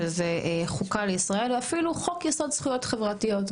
שזה חוקה לישראל ואפילו חוק יסוד זכויות חברתיות,